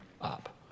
up